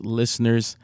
listeners